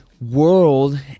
world